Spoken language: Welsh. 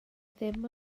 ddim